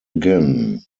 again